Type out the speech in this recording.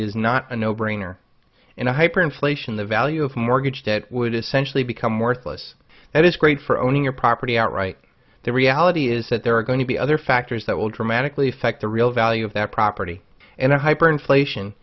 is not a no brainer in a hyperinflation the value of mortgage debt would essentially become worthless and is great for owning your property outright the reality is that there are going to be other factors that will dramatically affect the real value of that property and the hyper inflation